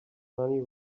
money